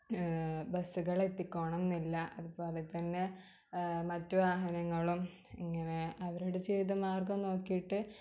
ബസ്സുകൾ എത്തിക്കോണം എന്നില്ല അതുപോലെ തന്നെ മറ്റു വാഹനങ്ങളും ഇങ്ങനെ അവരുടെ ജീവിത മാർഗം നോക്കിയിട്ട്